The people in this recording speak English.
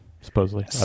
supposedly